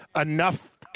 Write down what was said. enough